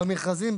במכרזים,